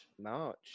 March